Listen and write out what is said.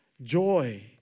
joy